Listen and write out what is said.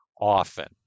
often